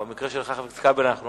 אבל במקרה של חבר הכנסת כבל לא